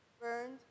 burned